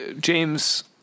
James